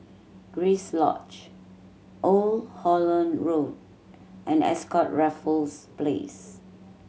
Grace Lodge Old Holland Road and Ascott Raffles Place